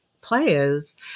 players